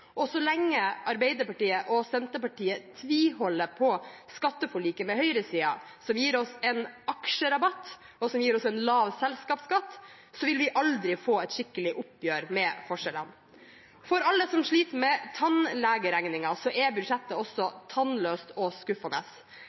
Så lenge Arbeiderpartiet og Senterpartiet tviholder på skatteforliket med høyresiden – som gir oss en aksjerabatt, og som gir oss en lav selskapsskatt – vil vi aldri få et skikkelig oppgjør med forskjellene. For alle som sliter med tannlegeregningen, er budsjettet også tannløst og skuffende.